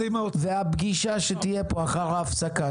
והפגישה שתהיה פה אחר ההפסקה,